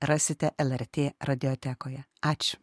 rasite lrt radiotekoje ačiū